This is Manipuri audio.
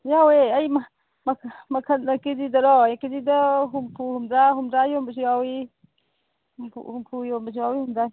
ꯌꯥꯎꯋꯦ ꯑꯩ ꯀꯦ ꯖꯤꯗꯔꯣ ꯀꯦ ꯖꯤꯗ ꯍꯨꯝꯐꯨ ꯍꯨꯝꯗ꯭ꯔꯥ ꯍꯨꯝꯗ꯭ꯔꯥ ꯌꯣꯟꯕꯁꯨ ꯌꯥꯎꯏ ꯉꯥꯏꯈꯣ ꯍꯨꯝꯐꯨ ꯌꯣꯅꯕꯁꯨ ꯌꯥꯎꯏ ꯍꯨꯝꯗ꯭ꯔꯥ